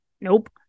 Nope